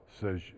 says